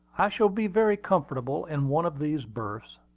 i shall be very comfortable in one of these berths.